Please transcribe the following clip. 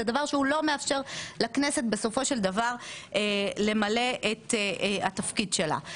זה דבר שלא מאפשר לכנסת בסופו של דבר למלא את התפקיד שלה.